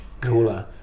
cooler